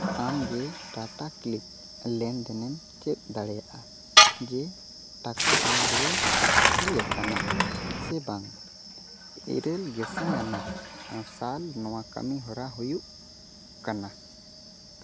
ᱟᱢᱜᱮ ᱴᱟᱴᱟ ᱠᱞᱤᱯ ᱞᱮᱱᱫᱮᱱᱮᱢ ᱪᱮᱫ ᱫᱟᱲᱮᱭᱟᱜᱼᱟ ᱡᱮ ᱴᱟᱠᱟ ᱟᱢ ᱨᱩᱣᱟᱹᱲ ᱦᱩᱭ ᱟᱠᱟᱱᱟ ᱥᱮ ᱵᱟᱝ ᱤᱨᱟᱹᱞ ᱜᱮᱥᱟᱭ ᱟᱱᱟᱜ ᱥᱟᱞ ᱱᱚᱣᱟ ᱠᱟᱹᱢᱤᱦᱚᱨᱟ ᱦᱩᱭᱩᱜ ᱠᱟᱱᱟ